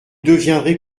deviendrez